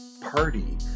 Party